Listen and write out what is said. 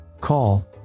Call